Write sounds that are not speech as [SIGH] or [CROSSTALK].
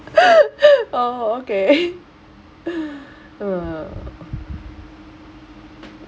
[LAUGHS] oh okay [BREATH]